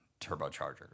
turbocharger